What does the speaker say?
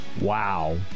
Wow